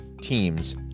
teams